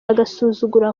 agasuzuguro